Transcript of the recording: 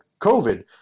COVID